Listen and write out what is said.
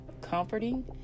comforting